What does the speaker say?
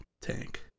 tank